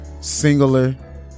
singular